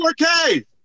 4K